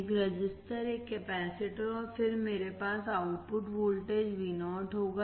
एक रजिस्टर एक कैपेसीटर और फिर मेरे पास आउटपुट वोल्टेज Vo होगा